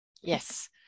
Yes